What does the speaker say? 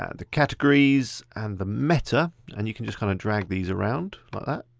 ah the categories and the meta and you can just kinda drag these around like that.